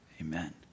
amen